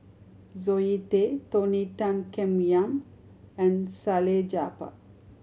Zoe Tay Tony Tan Keng Yam and Salleh Japar